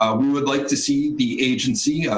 ah we would like to see the agency,